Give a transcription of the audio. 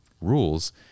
rules